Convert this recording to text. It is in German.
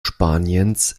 spaniens